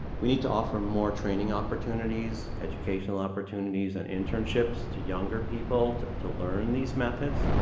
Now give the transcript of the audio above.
we need to offer more training opportunities, educational opportunities and internships to younger people to to learn these methods.